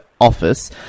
office